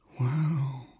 Wow